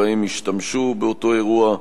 והתחמושת שבהם השתמשו באותו אירוע?